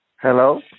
Hello